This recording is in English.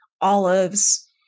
olives